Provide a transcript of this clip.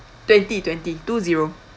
twenty twenty two zero